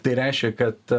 tai reiškia kad